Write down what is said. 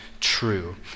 true